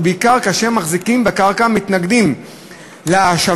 ובעיקר כאשר המחזיקים בקרקע מתנגדים להשבה.